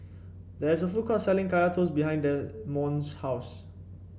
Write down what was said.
there is a food court selling Kaya Toast behind Demond's house